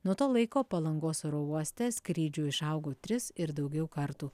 nuo to laiko palangos oro uoste skrydžių išaugo tris ir daugiau kartų